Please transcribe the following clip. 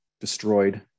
destroyed